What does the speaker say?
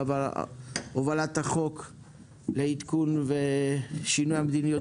על הובלת החוק לעדכון ושינוי המדיניות